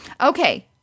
Okay